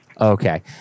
okay